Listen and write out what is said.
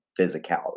physicality